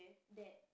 that